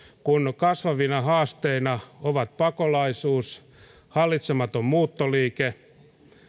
kun kasvavina haasteina ovat pakolaisuus hallitsematon muuttoliike